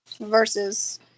versus